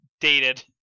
dated